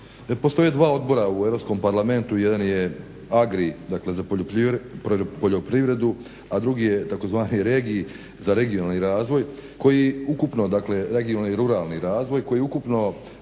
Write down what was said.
postoje 2 odbora u Europskom parlamentu. Jedan je agri, dakle za poljoprivredu, a drugi je takozvani regij, za regionalni razvoj koji ukupno dakle, regionalni i ruralni razvoj koji ukupno